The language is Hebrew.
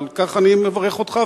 ועל כך אני מברך אותך,